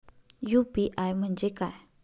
UPI म्हणजे काय?